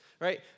Right